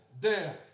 death